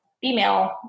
female